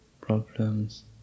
problems